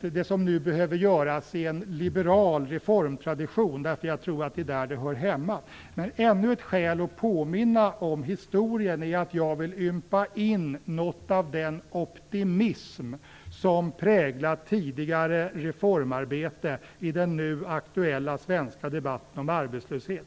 det som nu behöver göras i en liberal reformtradition - jag tror att det är där det hör hemma. Men ännu ett skäl att påminna om historien är att jag vill ympa in något av den optimism som präglat tidigare reformarbete i den nu aktuella svenska debatten om arbetslöshet.